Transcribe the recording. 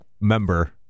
member